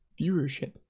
viewership